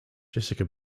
jessica